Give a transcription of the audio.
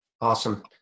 awesome